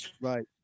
right